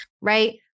right